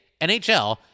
NHL